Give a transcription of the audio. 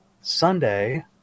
Sunday